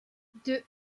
deux